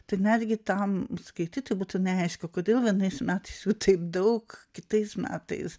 tai netgi tam skaitytojui būtų neaišku kodėl vienais metais jų taip daug kitais metais